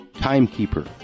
timekeeper